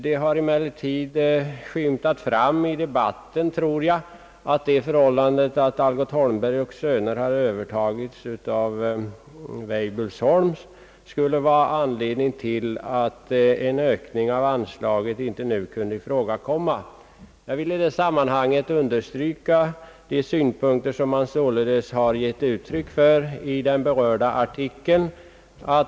Det har ernellertid i debatten skymtat fram att det är det förhållandet, att Algot Holmberg & Söner AB har övertagits av Weibullsholm, som skulle vara anledningen till att en ökning av anslaget nu inte kunde komma i fråga. Jag vill i det sammanhanget understryka de synpunkter, som man sålunda har gett uttryck åt i den berörda artikeln.